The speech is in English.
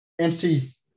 entities